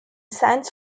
science